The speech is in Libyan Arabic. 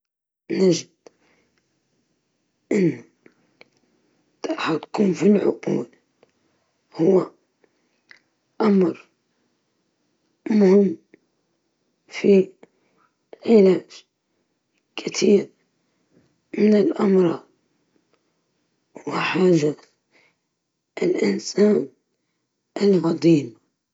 نفضل التحدث مع نفسي في المستقبل، لأنه يعطيني فرصة لفهم الحياة بشكل أعمق، واستعداد نفسي للمواقف اللي جاية، يعلمني من تجارب الماضي وأخطائه، ويوجهني نحو اتخاذ قرارات أفضل بناءً على خبرتي المستقبلية.